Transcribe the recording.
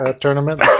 tournament